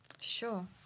Sure